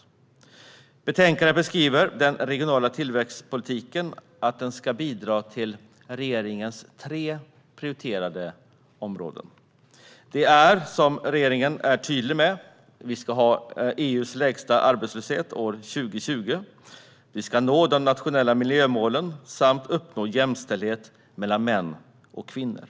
I betänkandet beskrivs att den regionala tillväxtpolitiken ska bidra till regeringens tre prioriterade områden. Regeringen är tydlig med att vi ska ha EU:s lägsta arbetslöshet år 2020, nå de nationella miljömålen samt uppnå jämställdhet mellan män och kvinnor.